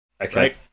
okay